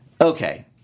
okay